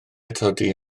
atodi